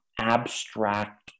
abstract